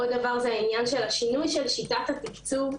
עוד דבר זה העניין של שינוי שיטת התקצוב.